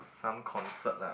some concert ah